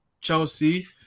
Chelsea